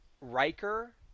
Riker